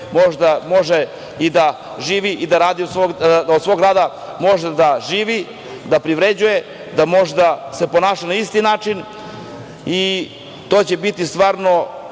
može i da živi od svog rada, da može da živi, da privređuje, da može da se ponaša na isti način i to će biti stvarno